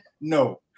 No